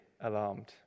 alarmed